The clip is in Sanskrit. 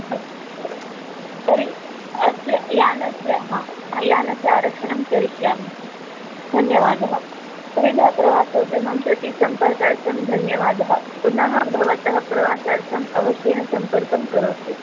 अस्तु तर्हि अस्य यानस्य हा यानस्य आरक्षणं करिष्यामि धन्यवादः सुविधाप्रवासोद्यमं प्रति सम्पर्कार्थं धन्यवादः पुनः भवतः प्रवासार्थम् अवश्येन सम्पर्कं करोतु